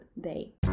day